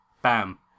Bam